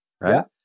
right